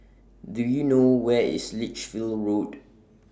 Do YOU know Where IS Lichfield Road